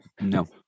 No